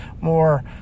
more